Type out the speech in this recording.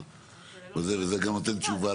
וזה גם נותן תשובה